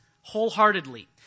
wholeheartedly